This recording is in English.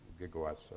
gigawatts